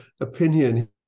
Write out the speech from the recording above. opinion